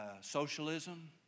Socialism